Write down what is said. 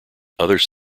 others